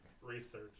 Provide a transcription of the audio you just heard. research